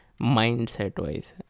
mindset-wise